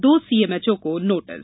दो सीएमएचओ को नोटिस